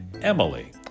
Emily